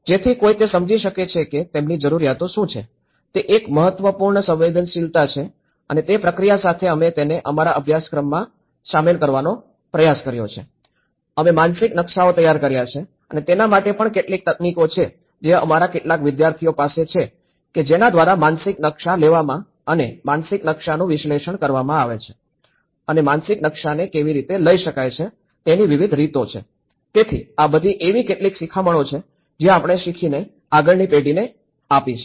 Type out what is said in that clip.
જેથી કોઈ તે સમજી શકે કે તેમની જરૂરિયાતો શું છે તે એક મહત્વપૂર્ણ સંવેદનશીલતા છે અને તે પ્રક્રિયા સાથે અમે તેને અમારા અભ્યાસમાં સામેલ કરવાનો પ્રયાસ કર્યો છે અમે માનસિક નકશાઓ તૈયાર કર્યા છે અને તેના માટે પણ કેટલીક તકનીકો છે જે અમારા કેટલાક વિદ્યાર્થીઓ પાસે છે કે જેના દ્વારા માનસિક નકશા લેવામાં અને માનસિક નકશાનું વિશ્લેષણ કરવામાં આવે છે અને માનસિક નકશાને કેવી રીતે લઈ શકાય છે તેની વિવિધ રીતો છે તેથી આ બધી એવી કેટલીક શિખામણો છે જે આપણે શીખીને આગળની પેઢીને આપી છે